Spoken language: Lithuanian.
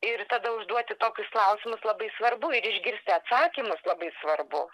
ir tada užduoti tokius klausimus labai svarbu ir išgirsti atsakymus labai svarbu